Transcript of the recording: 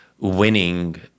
winning